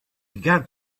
began